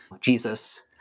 Jesus